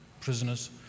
prisoners